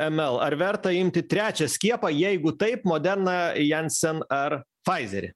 em el ar verta imti trečią skiepą jeigu taip modena jensen ar faizerį